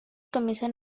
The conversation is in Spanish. comienzan